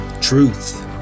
truth